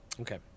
Okay